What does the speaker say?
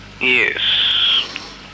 Yes